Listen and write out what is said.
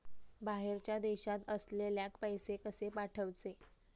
बाहेरच्या देशात असलेल्याक पैसे कसे पाठवचे?